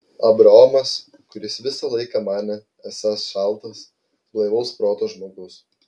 abraomas kuris visą laiką manė esąs šaltas blaivaus proto žmogus